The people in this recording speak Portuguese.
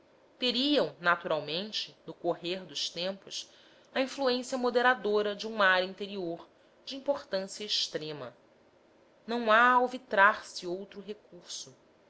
teriam naturalmente no correr dos tempos a influência moderadora de um mar interior de importância extrema não há alvitrar se outro recurso